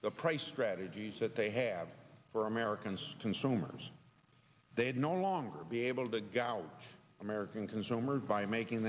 the price strategies that they have for americans consumers they have no longer be able to get out american consumers by making